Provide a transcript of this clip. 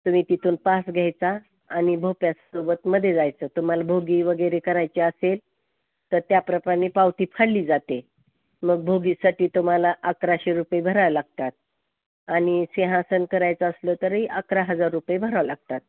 तुम्ही तिथून पास घ्यायचा आणि भोक्यासोबत मध्ये जायचं तुम्हाला भोगी वगैरे करायची असेल तर त्याप्रमाणे पावती फाडली जाते मग भोगीसाठी तुम्हाला अकराशे रुपये भरावे लागतात आणि सिंहासन करायचं असलं तरीही अकरा हजार रुपये भरावे लागतात